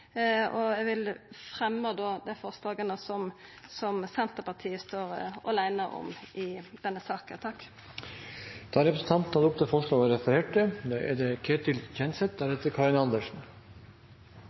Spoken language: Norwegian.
og eg vil fremja dei forslaga som Senterpartiet står aleine om i denne saka. Representanten Kjersti Toppe har tatt opp de forslagene hun refererte